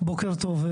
בוקר טוב.